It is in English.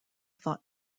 thought